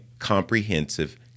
Comprehensive